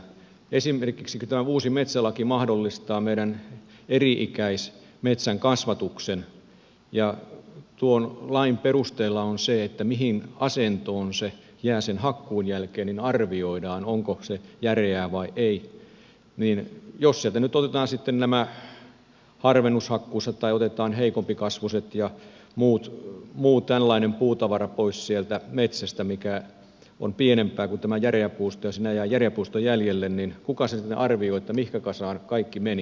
esimerkiksi kun tämä uusi metsälaki mahdollistaa eri ikäismetsän kasvatuksen ja kun tuon lain perusteella se mihin asentoon se jää sen hakkuun jälkeen arvioidaan onko se järeää vai ei niin jos sieltä metsästä nyt otetaan sitten harvennushakkuussa pois nämä heikompikasvuiset ja muu tällainen puutavara mikä on pienempää kuin tämä järeä puusto ja sinne jää järeä puusto jäljelle niin kuka sen sitten arvioi että mihinkä kasaan kaikki meni